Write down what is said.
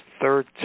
third